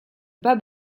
bas